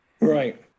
Right